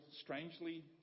strangely